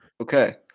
Okay